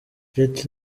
jet